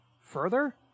further